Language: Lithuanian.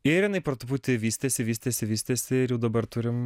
ir jinai po truputį vystėsi vystėsi vystėsi ir jau dabar turim